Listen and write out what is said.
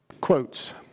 quotes